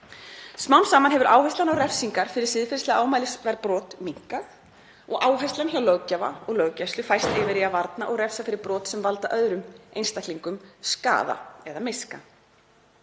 Smám saman hefur áherslan á refsingar fyrir siðferðislega ámælisverð brot minnkað og áherslan hjá löggjafa og löggæslu færst yfir í að varna og refsa fyrir brot sem valda öðrum einstaklingum skaða eða miska.